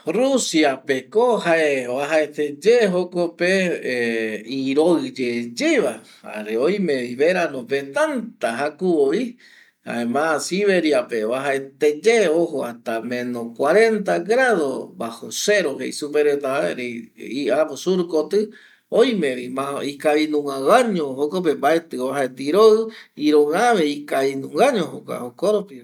Rusiapeko jae oajaeteye jokope iroɨyeyeva jare oimevi veranope täta jakuvovi jaema siberiape oajaeteye ojo hasta meno cuareta grado bajo cero jeisuperetava erei surkotɨ oimevi ikavi nunga guaño jokope mbaetɨ oajaete iroɨ iroɨave ikavinungaño jokua jokoropiva